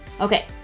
Okay